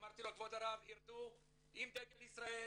אמרתי לו, כבוד הרב, ירדו עם דגל ישראל